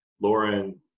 Lauren